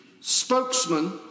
spokesman